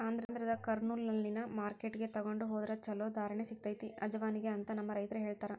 ಆಂಧ್ರದ ಕರ್ನೂಲ್ನಲ್ಲಿನ ಮಾರ್ಕೆಟ್ಗೆ ತೊಗೊಂಡ ಹೊದ್ರ ಚಲೋ ಧಾರಣೆ ಸಿಗತೈತಿ ಅಜವಾನಿಗೆ ಅಂತ ನಮ್ಮ ರೈತರು ಹೇಳತಾರ